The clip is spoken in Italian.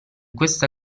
questa